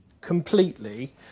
completely